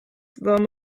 them